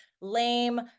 lame